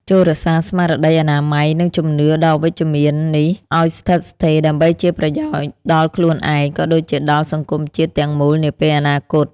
ចូររក្សាស្មារតីអនាម័យ និងជំនឿដ៏វិជ្ជមាននេះឱ្យស្ថិតស្ថេរដើម្បីជាប្រយោជន៍ដល់ខ្លួនឯង ក៏ដូចជាដល់សង្គមជាតិទាំងមូលនាពេលអនាគត។